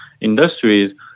industries